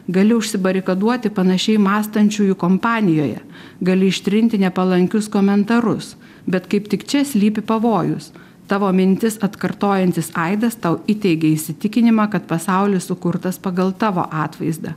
gali užsibarikaduoti panašiai mąstančiųjų kompanijoje gali ištrinti nepalankius komentarus bet kaip tik čia slypi pavojus tavo mintis atkartojantis aidas tau įteigė įsitikinimą kad pasaulis sukurtas pagal tavo atvaizdą